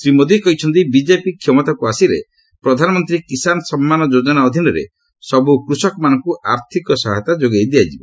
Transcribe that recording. ଶ୍ରୀ ମୋଦି କହିଛନ୍ତି ବିଜେପି କ୍ଷମତାକୁ ଆସିଲେ ପ୍ରଧାନମନ୍ତ୍ରୀ କିଶାନ ସମ୍ମାନ ଯୋଜନା ଅଧୀନରେ ସବ୍ର କୃଷକମାନଙ୍କୁ ଆର୍ଥିକ ସହାୟତା ଯୋଗାଇ ଦିଆଯିବ